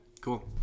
cool